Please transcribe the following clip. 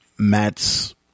matt's